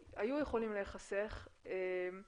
כל אגף הרכב, להכניס את מערכות מוב-און לשוק,